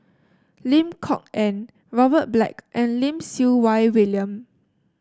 Lim Kok Ann Robert Black and Lim Siew Wai William